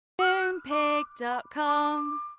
Moonpig.com